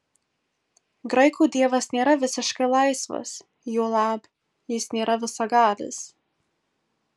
graikų dievas nėra visiškai laisvas juolab jis nėra visagalis